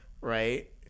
Right